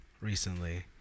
recently